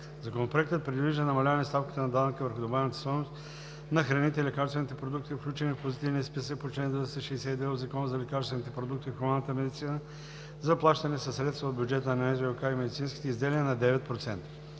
Законопроектът предвижда намаляване ставката на данъка върху добавената стойност на храните, лекарствените продукти, включени в позитивния списък по чл. 262 от Закона за лекарствените продукти в хуманната медицина, заплащани със средства от бюджета на НЗОК и медицинските изделия на 9%.